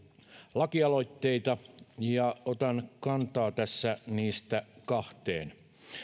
lakialoitteita ja otan kantaa tässä niistä kahteen